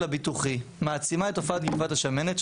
הביטוחי מעצימה את תופעת גריפת השמנת,